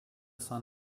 son